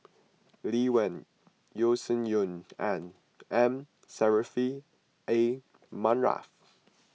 Lee Wen Yeo Shih Yun and M Saffri A Manaf